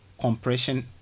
compression